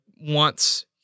Wants